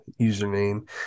username